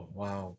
wow